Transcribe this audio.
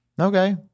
Okay